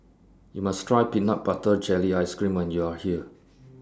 YOU must Try Peanut Butter Jelly Ice Cream when YOU Are here